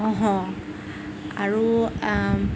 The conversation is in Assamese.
আৰু